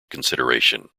consideration